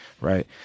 right